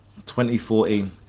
2014